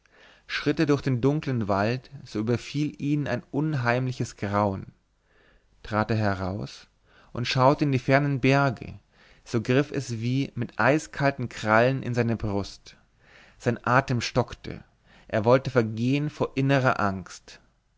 schritt er durch den dunklen wald so überfiel ihn ein unheimliches grauen trat er heraus und schaute in die fernen berge so griff es wie mit eiskalten krallen in seine brust sein atem stockte er wollte vergehen vor innerer angst